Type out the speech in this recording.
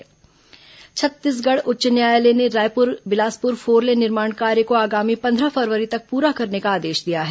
high court four lane Chhattisgarh उच्च न्यायालय ने रायपुर बिलासपुर फोरलेन निर्माण कार्य को आगामी पंद्रह फरवरी तक पुरा करने का आदेश दिया है